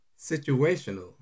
situational